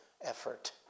effort